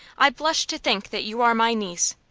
i blush to think that you are my niece.